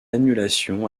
annulation